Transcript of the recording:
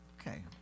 Okay